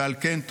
ועל כן,